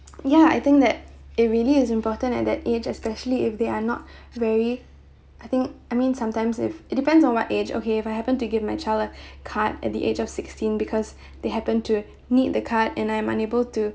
ya I think that it really is important at that age especially if they are not very I think I mean sometimes if it depends on what age okay if I happen to give my child a card at the age of sixteen because they happen to need the card and I am unable to